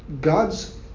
God's